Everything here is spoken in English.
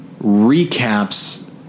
recaps